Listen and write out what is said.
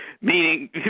meaning